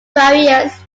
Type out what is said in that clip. various